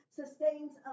sustains